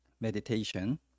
Meditation